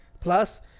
plus